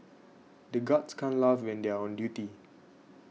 the guards can't laugh when they are on duty